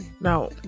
Now